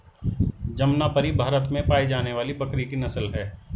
जमनापरी भारत में पाई जाने वाली बकरी की नस्ल है